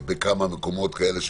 לערוך סיור בכמה מקומות כאלה,